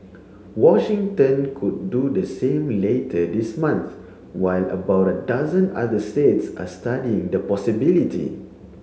Washington could do the same later this month while about a dozen other states are studying the possibility